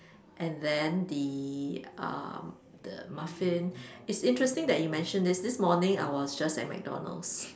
and then the um the muffin it's interesting that you mentioned this this morning I was just at McDonalds